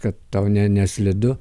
kad tau ne neslidu